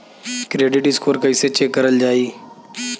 Credit score कइसे check करल जायी?